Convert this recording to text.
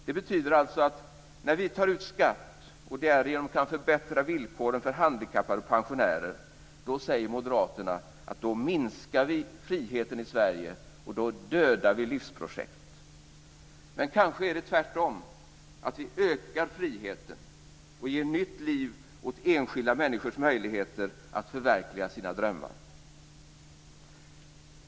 Det betyder alltså att när vi tar ut skatt och därigenom kan förbättra villkoren för handikappade och pensionärer säger moderaterna att vi minskar friheten i Sverige och dödar livsprojekt. Men kanske är det tvärtom. Kanske ökar vi friheten och ger nytt liv åt enskilda människors möjligheter att förverkliga sina drömmar.